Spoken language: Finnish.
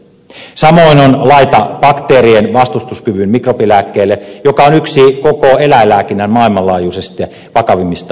samoin on laita bakteerien vastustuskyvyn mikrobilääkkeille mikä on yksi koko eläinlääkinnän maailmanlaajuisesti vakavimmista ongelmista